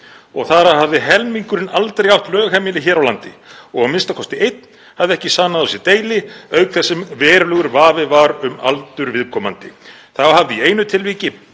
og þar af hafði helmingurinn aldrei átt lögheimili hér á landi og a.m.k. einn hafði ekki sannað á sér deili auk þess sem verulegur vafi var um aldur viðkomandi. Þá hafði í einu tilviki